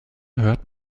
hört